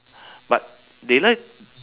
but they like